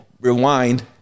rewind